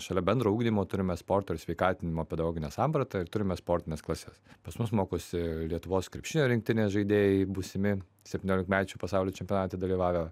šalia bendro ugdymo turime sporto ir sveikatinimo pedagoginę sampratą ir turime sportines klases pas mus mokosi lietuvos krepšinio rinktinės žaidėjai būsimi septyniolikmečių pasaulio čempionate dalyvavę